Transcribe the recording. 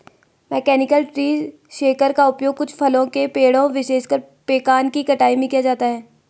mechanical tree shaker का उपयोग कुछ फलों के पेड़ों, विशेषकर पेकान की कटाई में किया जाता है